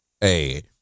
Hey